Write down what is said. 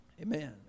Amen